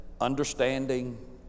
understanding